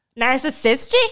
narcissistic